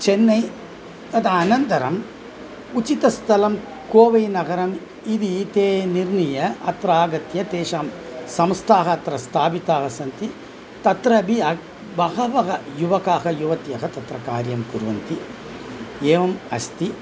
चेन्नै तद् अनन्तरम् उचितस्थलं कोवैनगरम् इति ते निर्णीय अत्र आगत्य तेषां संस्थाः अत्र स्थापिताः सन्ति तत्र अपि बहवः युवकाः युवत्यः तत्र कार्यं कुर्वन्ति एवम् अस्ति